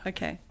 Okay